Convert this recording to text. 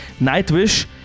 Nightwish